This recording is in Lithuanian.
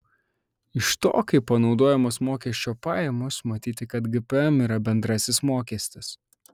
iš to kaip panaudojamos mokesčio pajamos matyti kad gpm yra bendrasis mokestis